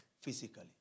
physically